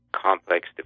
complex